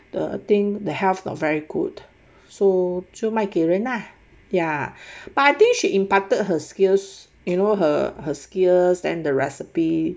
the thing the health not very good so 就卖给人 ya but I think she imparted her skills you know her her skills and the recipe